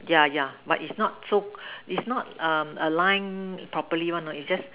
yeah yeah but is not so is not um align properly one you know is just